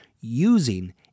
using